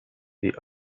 the